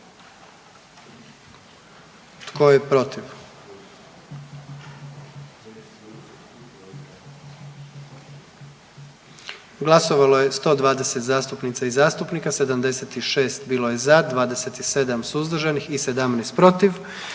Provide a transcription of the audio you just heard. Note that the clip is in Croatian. tko je protiv? Glasovalo je 119 zastupnica i zastupnika, 117 za, 2 su bila protiv